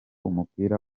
umupira